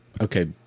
okay